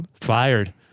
Fired